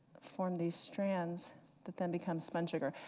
form these strands that then become spun sugar.